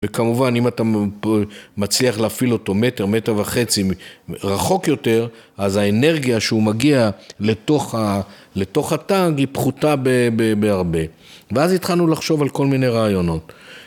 וכמובן אם אתה מצליח להפעיל אותו מטר, מטר וחצי, רחוק יותר, אז האנרגיה שהוא מגיע לתוך הטנק היא פחותה בהרבה. ואז התחלנו לחשוב על כל מיני רעיונות.